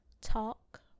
talk